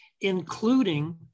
including